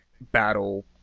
battle